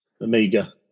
Amiga